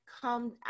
come